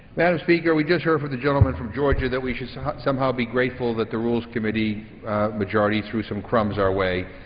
madam speaker, we just heard from the gentleman from georgia that we should so somehow be grateful that the rules committee majority threw some crumbs our way.